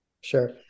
Sure